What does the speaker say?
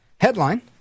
headline